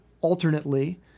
alternately